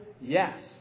Yes